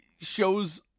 shows